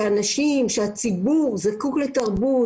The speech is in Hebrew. שאנשים, שהציבור זקוק לתרבות